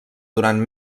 durant